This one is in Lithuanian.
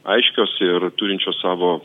aiškios ir turinčios savo